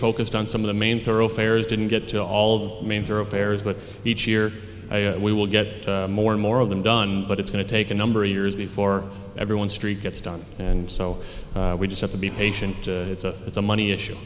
focused on some of the main thoroughfares didn't get to all of main thoroughfares but each year we will get more and more of them done but it's going to take a number of years before every one street gets done and so we just have to be patient it's a it's a money issue